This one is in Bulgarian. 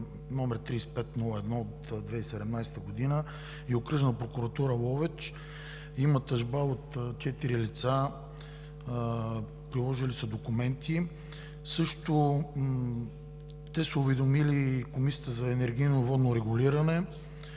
вх. № 3501 от 2017 г. и Окръжна прокуратура – Ловеч. Има тъжба от четири лица, приложили са документи. Те са уведомили Комисията за енергийно и водно регулиране.